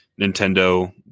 Nintendo